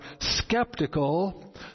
skeptical